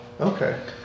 Okay